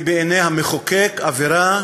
היא בעיני המחוקק עבירה